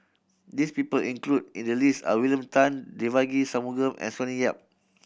this people included in the list are William Tan Devagi Sanmugam and Sonny Yap